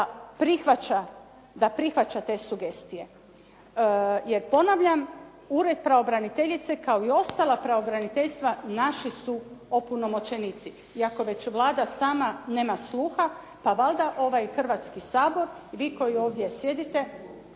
prihvaća te sugestije. Jer ponavljam, ured pravobraniteljice kao i ostala pravobraniteljstva naši su opunomoćenici. I ako već Vlada sama nema sluha pa valjda ovaj Hrvatski sabor vi koji ovdje sjedite